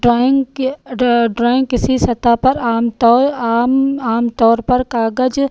drawing के drawing किसी सतह पर आमतौर आम आमतौर पर कागज